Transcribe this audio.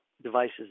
Devices